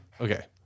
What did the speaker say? okay